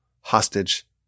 hostage